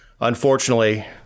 unfortunately